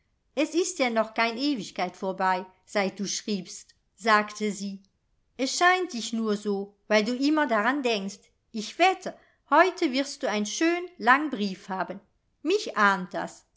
es ist ja noch kein ewigkeit vorbei seit du schriebst sagte sie es scheint dich nur so weil du immer daran denkst ich wette heute wirst du ein schön lang brief haben mich ahnt das